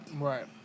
right